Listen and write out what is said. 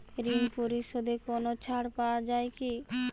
ঋণ পরিশধে কোনো ছাড় পাওয়া যায় কি?